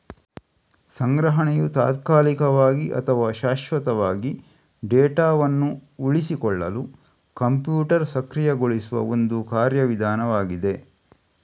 ಸಂಗ್ರಹಣೆಯು ತಾತ್ಕಾಲಿಕವಾಗಿ ಅಥವಾ ಶಾಶ್ವತವಾಗಿ ಡೇಟಾವನ್ನು ಉಳಿಸಿಕೊಳ್ಳಲು ಕಂಪ್ಯೂಟರ್ ಸಕ್ರಿಯಗೊಳಿಸುವ ಒಂದು ಕಾರ್ಯ ವಿಧಾನವಾಗಿದೆ